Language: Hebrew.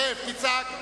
זאב, תצעק.